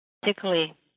particularly